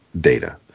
Data